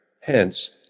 Hence